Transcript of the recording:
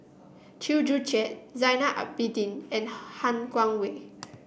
Chew Joo Chiat Zainal Abidin and Han Guangwei